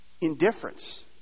Indifference